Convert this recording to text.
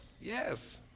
Yes